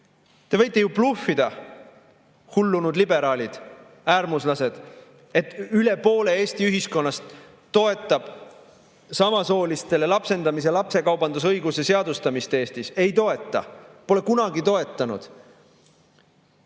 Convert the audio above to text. Te võite ju bluffida, hullunud liberaalid, äärmuslased, et üle poole Eesti ühiskonnast toetab samasoolistele lapsendamise ja lapsekaubanduse õiguse seadustamist Eestis. Ei toeta, pole kunagi toetanud!